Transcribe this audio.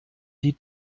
die